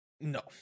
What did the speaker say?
no